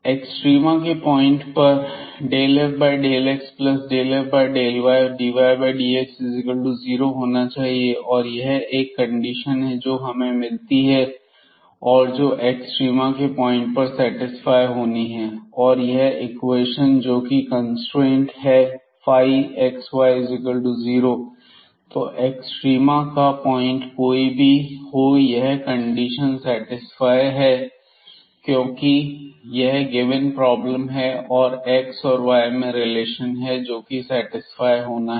extrema के point पर ∂f∂x∂f∂ydydx0 होना चाहिए और यह एक कंडीशन है जो हमें मिलती है और जो एक्सट्रीमा के पॉइंट पर सेटिस्फाई होनी है और यह इक्वेशन जोकि कंस्ट्रेंट है xy0 तो एक्सट्रीमा का पॉइंट कोई भी हो यह कंडीशन सेटिस्फाई है क्योंकि यह गिवेन प्रॉब्लम है और यह एक्स और वाई में रिलेशन है जोकि सेटिस्फाई होना है